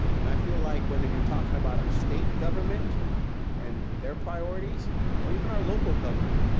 and i feel like whether you're talking about our state government and their priorities or even our local government.